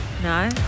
No